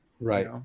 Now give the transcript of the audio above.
right